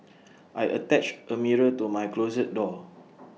I attached A mirror to my closet door